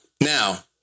Now